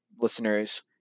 listeners